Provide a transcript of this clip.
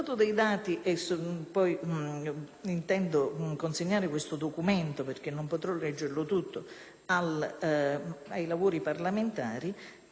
ai lavori parlamentari. Ritengo però opportuno sottolineare come, ancora una volta, siano le associazioni ad andare